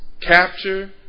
capture